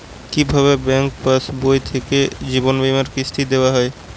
কি ভাবে ব্যাঙ্ক পাশবই থেকে জীবনবীমার কিস্তি দেওয়া হয়?